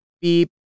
beep